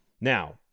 now